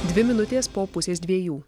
dvi minutės po pusės dviejų